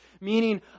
meaning